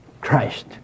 Christ